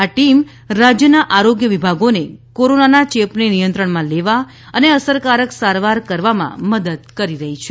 આ ટીમ રાજ્યના આરોગ્ય વિભાગોને કોરોનાના ચેપને નિયંત્રણમાં લેવા અને અસરકારક સારવાર કરવામાં મદદ કરી રહી છે